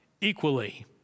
equally